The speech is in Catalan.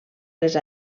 les